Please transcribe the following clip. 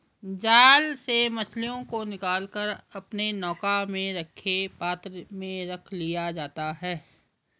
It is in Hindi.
जाल से मछलियों को निकाल कर अपने नौका में रखे पात्र में रख लिया जाता है